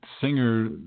singer